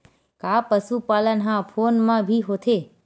का पशुपालन ह फोन म भी होथे?